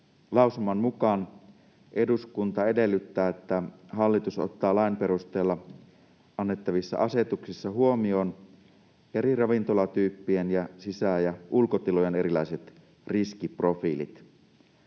Lausuman mukaan ”Eduskunta edellyttää, että hallitus ottaa lain perusteella annettavissa asetuksissa huomioon eri ravintolatyyppien ja sisä- ja ulkotilojen erilaiset riskiprofiilit.